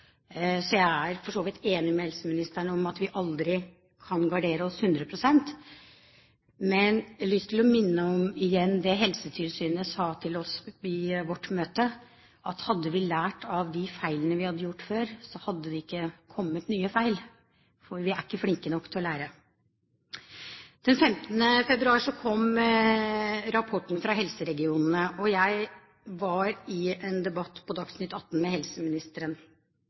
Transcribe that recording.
så jeg er for så vidt enig med helseministeren i at vi aldri kan gardere oss 100 pst. Men jeg har igjen lyst til å minne om det Helsetilsynet sa til oss i vårt møte, at hadde vi lært av de feilene vi hadde gjort før, så hadde det ikke kommet nye feil, men vi er ikke flinke nok til å lære. Den 15. februar kom rapporten fra helseregionene, og jeg var i en debatt i Dagsnytt 18 med helseministeren